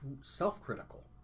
self-critical